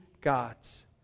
God's